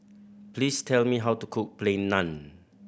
please tell me how to cook Plain Naan